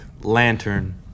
lantern